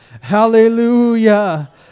Hallelujah